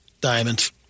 diamonds